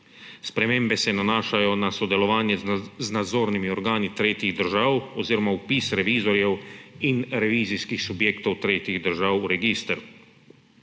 Spremembe se nanašajo na sodelovanje z nadzornimi organi tretjih držav oziroma vpis revizorjev in revizijskih subjektov tretjih držav v register.